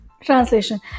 Translation